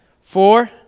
four